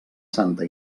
santa